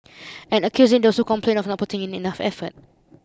and accusing those who complained of not putting in enough effort